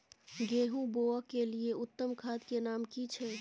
गेहूं बोअ के लिये उत्तम खाद के नाम की छै?